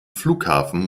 flughafen